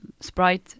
Sprite